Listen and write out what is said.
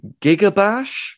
Gigabash